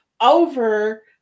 over